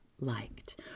liked